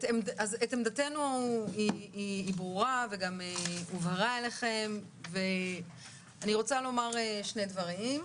את עמדתנו היא ברורה וגם הועברה אליכם ואני רוצה לומר שני דברים.